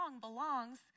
belongs